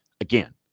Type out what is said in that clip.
Again